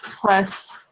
plus